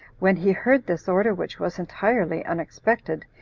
when he heard this order, which was entirely unexpected,